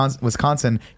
Wisconsin